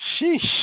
sheesh